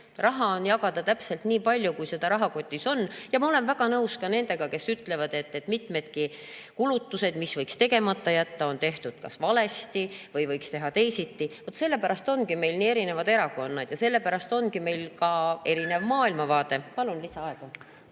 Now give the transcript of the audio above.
Raha on jagada täpselt nii palju, kui seda rahakotis on. Ja ma olen väga nõus ka nendega, kes ütlevad, et mitmedki kulutused, mille oleks võinud tegemata jätta, on tehtud kas valesti või võiks teha teisiti. Sellepärast ongi meil nii erinevad erakonnad ja sellepärast ongi meil ka erinev maailmavaade. Palun lisaaega.